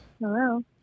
Hello